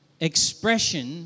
expression